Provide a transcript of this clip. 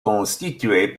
constitué